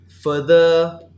further